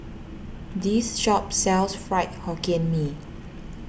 this shop sells Fried Hokkien Mee